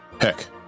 Heck